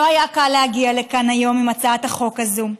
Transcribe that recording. לא היה קל להגיע לכאן היום עם הצעת החוק הזאת.